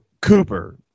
Cooper